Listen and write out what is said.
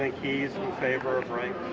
ah keys in favor of rape